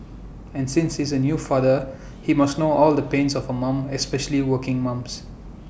and since he's A new father he must know all the pains of A mum especially working mums